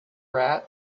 rat